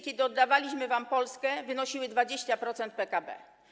Kiedy oddawaliśmy wam Polskę, inwestycje wynosiły 20% PKB.